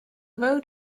road